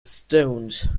stoned